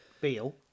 Beal